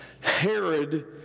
Herod